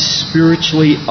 spiritually